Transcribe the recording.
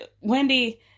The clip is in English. Wendy